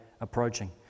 approaching